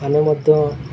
ଆମେ ମଧ୍ୟ